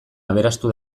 aberastu